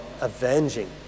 avenging